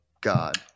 God